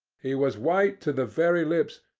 he was white to the very lips,